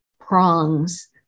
prongs